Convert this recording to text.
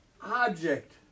object